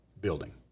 building